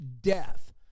death